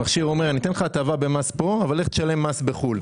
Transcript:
המכשיר אומר שהוא ייתן לי הטבה במס פה אבל לך שלם מס בחוץ לארץ.